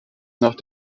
nach